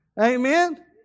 Amen